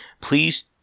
please